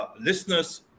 listeners